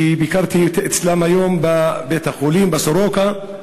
ביקרתי אצלן היום בבית-החולים סורוקה.